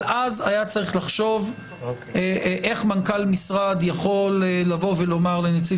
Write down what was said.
אבל אז צריך היה לחשוב איך מנכ"ל משרד יכול לומר לנציב